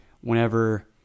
Whenever